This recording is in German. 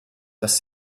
dass